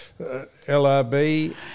LRB